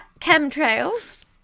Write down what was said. chemtrails